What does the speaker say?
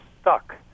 stuck